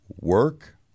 work